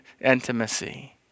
intimacy